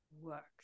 works